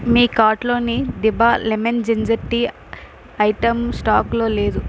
మీ కార్టులోని దిభా lemon ginger tea item స్టాకులో లేదు